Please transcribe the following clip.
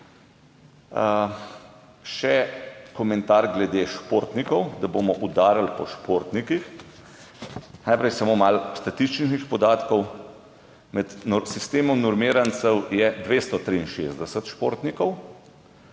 Še komentar glede športnikov, da bomo udarili po športnikih. Najprej samo malo statističnih podatkov. Med sistemom normirancev je 263 športnikov,